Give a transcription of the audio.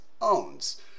owns